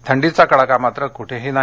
थंडीचा कडाका मात्र कुठेही नाही